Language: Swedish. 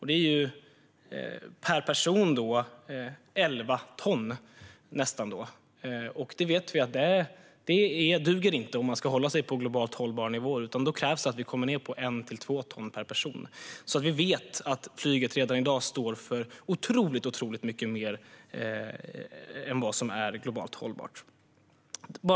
Det är nästan elva ton per person. Vi vet att det inte duger om man ska hålla sig på en globalt hållbar nivå. Då krävs att vi kommer ned på ett till två ton per person. Vi vet att flyget redan i dag står för otroligt mycket mer än vad som är globalt hållbart.